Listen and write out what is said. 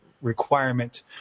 requirement